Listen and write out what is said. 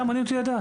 מעניין אותי לדעת.